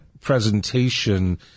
presentation